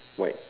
white